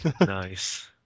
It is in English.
Nice